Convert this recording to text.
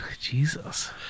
jesus